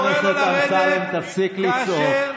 חבר הכנסת אמסלם, תפסיק לצעוק.